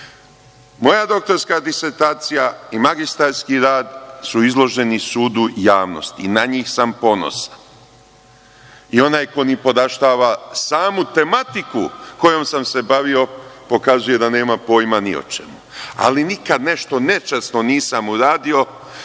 Moja doktorska disertacija i magistarski rad su izloženi sudu javnosti i na njih sam ponosan. Onaj ko mi nipodaštava samu tematiku kojom sam se bavio pokazuje da nema pojma ni o čemu, ali nikad nešto nečasno nisam uradio